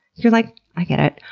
you're like, i get it.